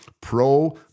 pro